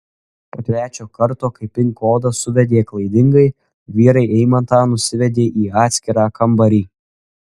po trečio karto kai pin kodą suvedė klaidingai vyrai eimantą nusivedė į atskirą kambarį